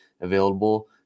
available